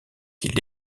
qu’il